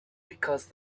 because